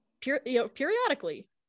periodically